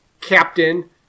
captain